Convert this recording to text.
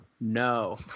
No